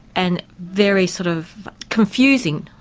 and very sort of confusing,